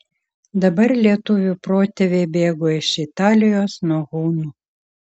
dabar lietuvių protėviai bėgo iš italijos nuo hunų